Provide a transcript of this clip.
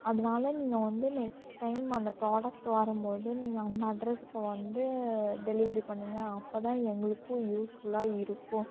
அதனால நீங்கள் வந்து நெக்ஸ்ட் டைம் அந்த ப்ரோடக்ட் வரும்போது நீங்கள் அந்த அட்ரஸுக்கு வந்து டெலிவரி பண்ணுங்க அப்போ தான் எங்களுக்கும் யூஸ்ஃபுல்லாக இருக்கும்